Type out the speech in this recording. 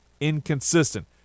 inconsistent